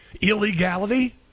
illegality